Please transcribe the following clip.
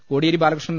Kodiyeri Bala Krishnan